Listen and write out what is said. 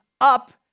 up